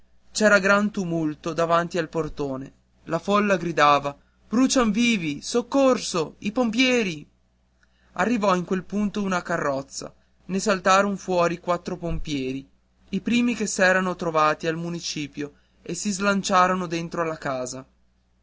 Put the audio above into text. c'era gran tumulto davanti al portone la folla gridava brucian vivi soccorso i pompieri arrivò in quel punto una carrozza ne saltaron fuori quattro pompieri i primi che s'eran trovati al municipio e si slanciarono dentro alla casa